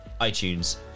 iTunes